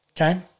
okay